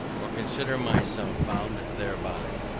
or consider myself bound thereby.